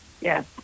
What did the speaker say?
yes